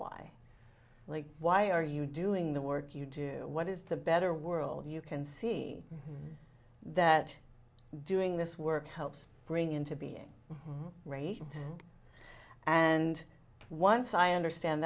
why like why are you doing the work you do what is the better world you can see that doing this work helps bring into being rape and once i understand